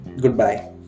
goodbye